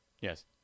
Yes